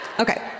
Okay